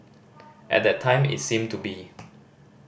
at that time it seemed to be